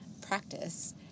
practice